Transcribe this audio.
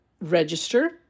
register